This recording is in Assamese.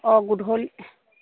অঁ গধূলি